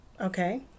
Okay